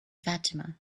fatima